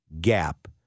gap